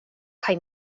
kaj